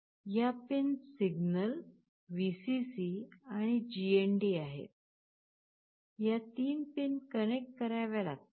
ह्या pin signal Vcc आणि GND आहेत ह्या 3 पिन कनेक्ट कराव्या लागतील